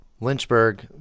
Lynchburg